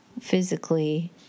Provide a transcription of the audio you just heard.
physically